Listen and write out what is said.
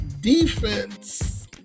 defense